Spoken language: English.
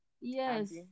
yes